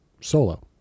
solo